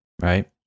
Right